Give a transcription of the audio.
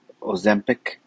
Ozempic